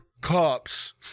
cops